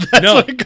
No